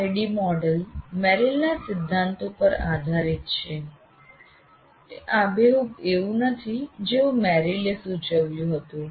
આ ID model મેરિલના સિદ્ધાંતો પર આધારિત છે તે આબેહૂબ એવું નથી જેવું મેરિલે સૂચવ્યું હતું